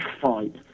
fight